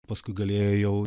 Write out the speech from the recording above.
paskui galėjo jau